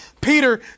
Peter